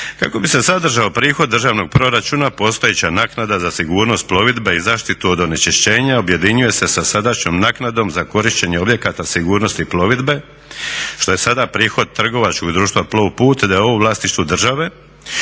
Kako bi se zadržao prihod državnog proračuna postojeća naknada za sigurnost plovidbe i zaštitu od onečišćenja objedinjuje se sa sadašnjom naknadom za korištenje objekata sigurnosti plovidbe što je sada prihod trgovačkog društva Plovput d.o.o. u vlasništvu države